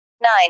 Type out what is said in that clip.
nine